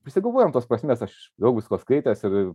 prisigalvojam tos prasmės aš daug visko skaitęs ir